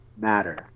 matter